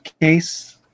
case